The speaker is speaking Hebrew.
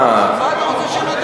מה זה קשור?